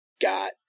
got